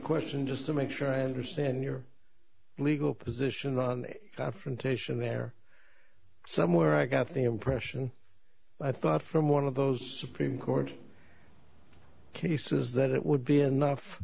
question just to make sure i understand your legal position confrontation there somewhere i got the impression i thought from one of those supreme court cases that it would be enough